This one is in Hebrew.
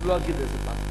לא אגיד של איזה בנק,